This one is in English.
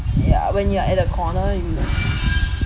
ya when you are at the corner